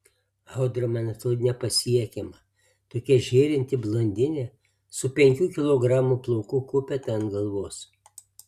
audra man atrodė nepasiekiama tokia žėrinti blondinė su penkių kilogramų plaukų kupeta ant galvos